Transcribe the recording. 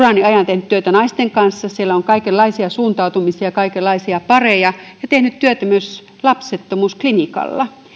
työtä naisten kanssa siellä on kaikenlaisia suuntautumisia kaikenlaisia pareja ja tehnyt työtä myös lapsettomuusklinikalla